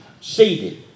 seated